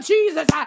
Jesus